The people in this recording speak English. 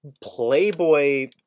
playboy